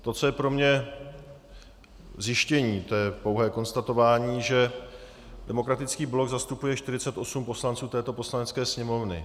To, co je pro mě zjištění, to je pouhé konstatování, že Demokratický blok zastupuje 48 poslanců této Poslanecké sněmovny.